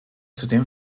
zudem